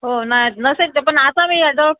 हो नाही नसेल तं पण आता मी ड